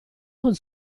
con